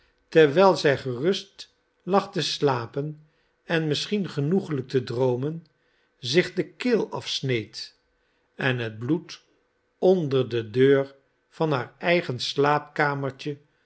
terwijl zij gerust lag te slapen en misschien genoeglijk te droomen zich de keel afsneed en het bloed onder de deur van haar eigen slaapkamertje